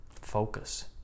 focus